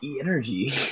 energy